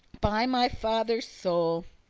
by my father's soul,